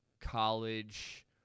college